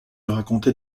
raconter